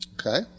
Okay